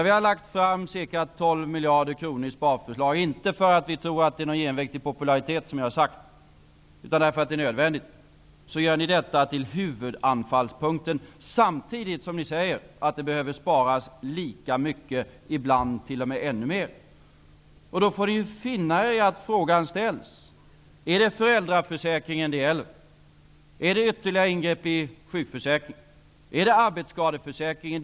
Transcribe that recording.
Vi har lagt fram förslag om besparingar på ca 12 miljarder kronor, inte för att vi tror att det är någon genväg till popularitet, som jag har sagt, utan därför att det är nödvändigt. Ni gör detta till huvudanfallspunkten, samtidigt som ni säger att det behöver sparas lika mycket, ibland t.o.m. ännu mer. Då får ni ju finna er i att frågan ställs: Är det föräldraförsäkringen det gäller? Är det ytterligare ingrepp i sjukförsäkringen? Är det arbetsskadeförsäkringen?